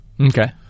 Okay